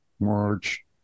march